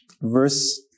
verse